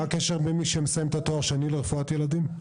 מה הקשר בין מי שעושה את התואר השני לרפואת ילדים?